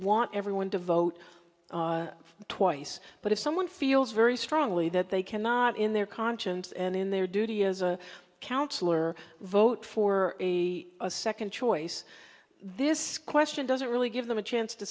want everyone to vote twice but if someone feels very strongly that they cannot in their conscience and in their duty as a counselor vote for a second choice this question doesn't really give them a chance to